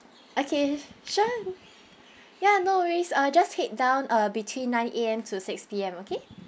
okay sure ya no worries uh just head down uh between nine A_M to six P_M okay